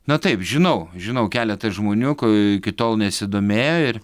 na taip žinau žinau keletą žmonių kai iki tol nesidomėjo ir